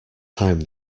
time